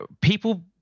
people